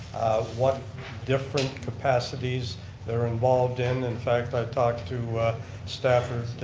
what different capacities they're involved in. in fact i talked to stafford,